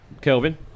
Kelvin